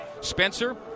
Spencer